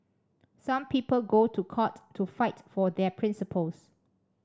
some people go to court to fight for their principles